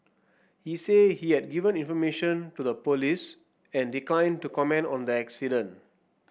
he said he had given information to the police and declined to comment on the accident